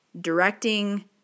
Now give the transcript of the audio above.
directing